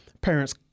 Parents